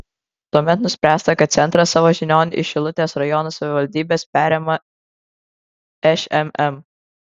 tuomet nuspręsta kad centrą savo žinion iš šilutės rajono savivaldybės perima šmm